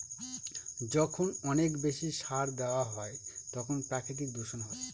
যখন অনেক বেশি সার দেওয়া হয় তখন প্রাকৃতিক দূষণ হয়